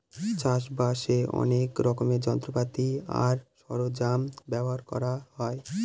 চাষ বাসে অনেক রকমের যন্ত্রপাতি আর সরঞ্জাম ব্যবহার করা হয়